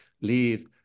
leave